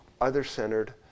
other-centered